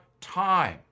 time